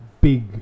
big